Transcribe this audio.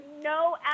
no